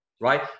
right